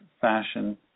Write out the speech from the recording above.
fashion